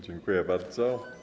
Dziękuję bardzo.